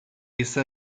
asa